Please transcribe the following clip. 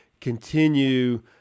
continue